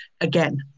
again